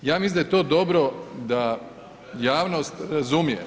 Ja mislim da je to dobro da javnost razumije.